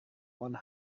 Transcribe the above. one